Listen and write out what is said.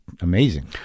amazing